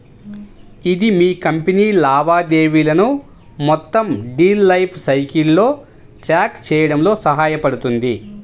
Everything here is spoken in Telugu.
ఇది మీ కంపెనీ లావాదేవీలను మొత్తం డీల్ లైఫ్ సైకిల్లో ట్రాక్ చేయడంలో సహాయపడుతుంది